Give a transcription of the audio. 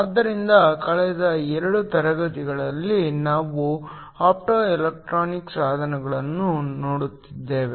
ಆದ್ದರಿಂದ ಕಳೆದ ಎರಡು ತರಗತಿಗಳಲ್ಲಿ ನಾವು ಆಪ್ಟೊಎಲೆಕ್ಟ್ರಾನಿಕ್ ಸಾಧನಗಳನ್ನು ನೋಡುತ್ತಿದ್ದೇವೆ